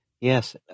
Yes